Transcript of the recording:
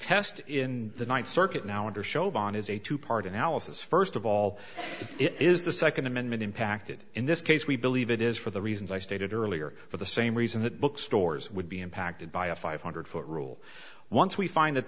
test in the ninth circuit now under chauvin is a two part analysis first of all it is the second amendment impacted in this case we believe it is for the reasons i stated earlier for the same reason that bookstores would be impacted by a five hundred foot rule once we find that